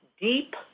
deep